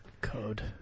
Code